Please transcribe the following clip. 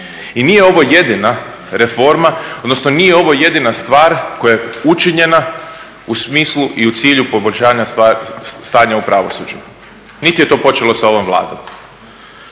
I nije ovo jedina reforma, odnosno nije ovo jedina stvar koja je učinjena u smislu i u cilju poboljšanja stanja u pravosuđu niti je to počelo sa ovom Vladom.